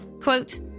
Quote